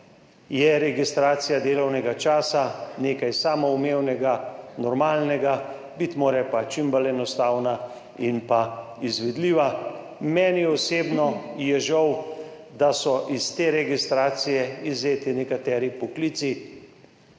je registracija delovnega časa nekaj samoumevnega, normalnega, biti pa mora čim bolj enostavna in izvedljiva. Meni osebno je žal, da so iz te registracije izvzeti nekateri poklici.